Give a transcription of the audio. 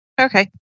Okay